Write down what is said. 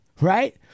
right